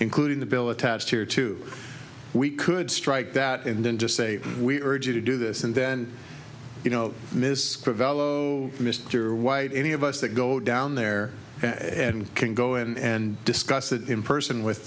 including the bill attached here too we could strike that in then just say we urge you to do this and then you know miss develop mr white any of us that go down there and can go in and discuss it in person with